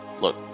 look